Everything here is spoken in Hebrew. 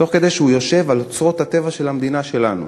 כשהוא יושב על אוצרות הטבע של המדינה שלנו.